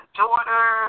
daughter